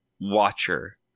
watcher